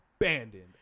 abandoned